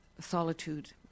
solitude